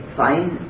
fine